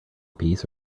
piece